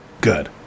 Good